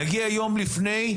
נגיע יום לפני,